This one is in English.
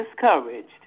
discouraged